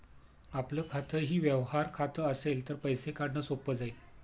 आपलं खातंही व्यवहार खातं असेल तर पैसे काढणं सोपं जाईल